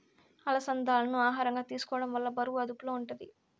అలసందాలను ఆహారంగా తీసుకోవడం వల్ల బరువు అదుపులో ఉంటాది